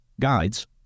guides